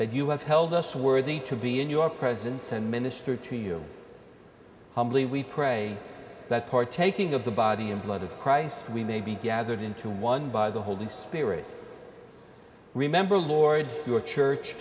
have held us worthy to be in your presence and minister to you humbly we pray that partaking of the body and blood of christ we may be gathered into one by the holy spirit remember lord your church